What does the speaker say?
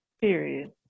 Period